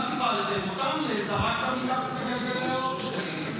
בכולם טיפלתם, אותם זרקתם מתחת לגלגלי האוטובוס.